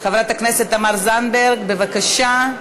חברת הכנסת תמר זנדברג, בבקשה.